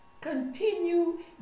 Continue